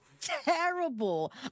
terrible